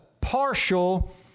partial